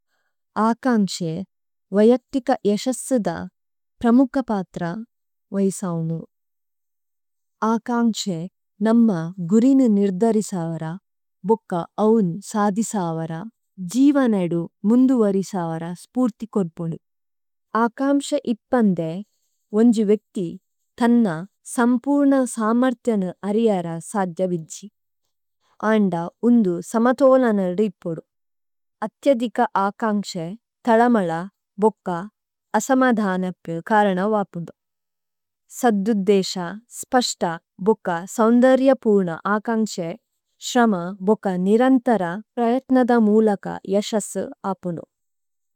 ആകമ്ശേ വയക്തിക യശസുദ പ്രമുക്കപത്ര വൈസവുനു। ആകമ്ശേ നമ്മ ഗുരിനി നിര്ദരിസവര, ബോക്ക അവുന് സദിസവര, ജിവനേദു മുന്ദുവരിസവര സ്പുര്തികോര്പുനു। ആകമ്ശേ ഇത്പന്ദേ, ഓന്ജി വേക്തി ഥന്ന സമ്പുര്ന സമര്ത്യനു അരിയര സദ്യവിജ്ജി। ആണ്ഡാ ഉന്ദു സമതോലനല്ഡ ഇപോഡു। അത്യദികാ ആകാംചേ, തലമലാ, ബുക്കാ, അസമാധാനക്കു കാരണാ വാപണു। സദ്ധുദ്ധേശാ, സ്പഷ്ടാ, ബുക്കാ, സഉന്ദര്യപൂര്ണ ആകാംചേ, ശ്രമാ, ബുക്കാ, നിരംതരാ, പരയത്നദ മൂലകാ യശ അപുലൂ।